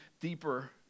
deeper